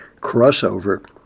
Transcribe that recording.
crossover